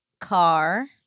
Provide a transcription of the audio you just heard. car